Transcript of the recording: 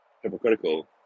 hypocritical